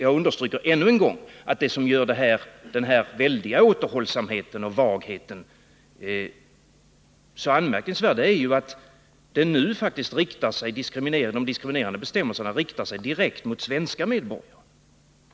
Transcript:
Jag understryker att det som gör den här väldiga återhållsamheten och vagheten så anmärkningsvärd är att de diskriminerande bestämmelserna nu faktiskt riktar sig mot svenska medborgare.